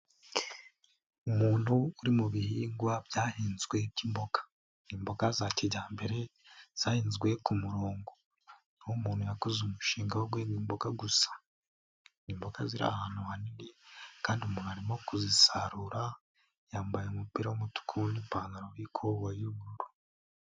Umuntu uri mu bihingwa byahinzwe by'imboga, imboga za kijyambere zahinzwe ku murongo, aho umuntu yakoze umushinga wo guhinga imboga gusa, imboga ziri ahantu hanini kandi umuntu arimo kuzisarura yambaye umupira w'umutuku n'ipantaroy'ikoboyi y'ubururu.